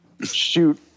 shoot